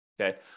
Okay